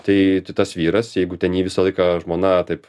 tai tai tas vyras jeigu ten jį visą laiką žmona taip